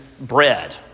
Bread